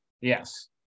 Yes